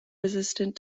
resistant